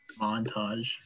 Montage